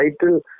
title